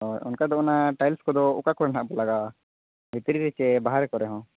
ᱦᱳᱭ ᱚᱱᱠᱟ ᱫᱚ ᱚᱱᱟ ᱴᱟᱭᱤᱞᱥ ᱠᱚᱫᱚ ᱚᱠᱟ ᱠᱚᱨᱮ ᱱᱟᱦᱟᱜ ᱵᱚ ᱞᱟᱜᱟᱣᱟ ᱵᱷᱤᱛᱨᱤ ᱨᱮ ᱥᱮ ᱵᱟᱨᱦᱮ ᱠᱚᱨᱮ ᱦᱚᱸ